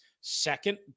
second